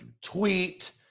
tweet